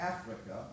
Africa